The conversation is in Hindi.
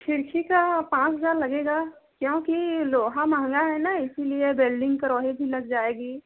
खिड़की के पाँच हज़ार लगेगा क्योंकि लोहा महँगा है ना इसी लिए वेल्डिंग कार्रवाई भी लग जाएगी